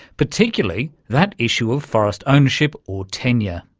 particularly that issue of forest ownership or tenure.